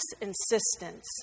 insistence